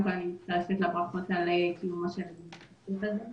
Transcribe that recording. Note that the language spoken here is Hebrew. מצרפת לברכות על קיומו של הדיון הזה,